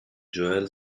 joel